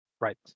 Right